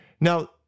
Now